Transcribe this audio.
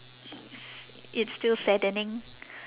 s~ it's still saddening